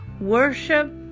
worship